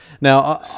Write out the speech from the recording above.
Now